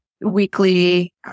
weekly